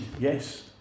Yes